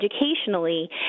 educationally